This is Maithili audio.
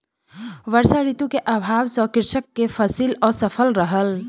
वर्षा ऋतू के अभाव सॅ कृषक के फसिल असफल रहल